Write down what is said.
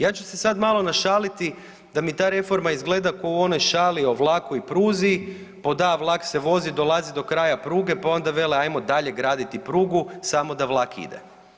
Ja ću se sada malo našaliti da mi ta reforma izgleda ko u onoj šali o vlaku i pruzi, pod A vlak se vozi dolazi do kraja pruge pa onda vele ajmo dalje graditi prugu samo da vlak ide.